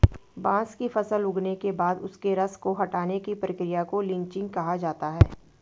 बांस की फसल उगने के बाद उसके रस को हटाने की प्रक्रिया को लीचिंग कहा जाता है